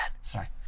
Sorry